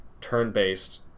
turn-based